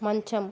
మంచం